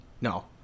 No